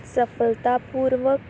ਸਫਲਤਾਪੂਰਵਕ